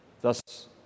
Thus